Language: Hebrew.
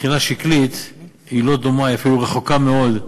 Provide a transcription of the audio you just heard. מבחינה שקלית היא לא דומה, היא אפילו רחוקה מאוד,